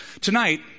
Tonight